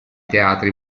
teatri